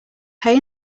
pay